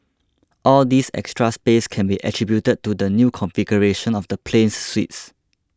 all this extra space can be attributed to the new configuration of the plane's suites